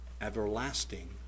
Everlasting